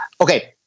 Okay